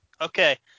Okay